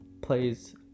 plays